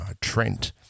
Trent